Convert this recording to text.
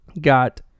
got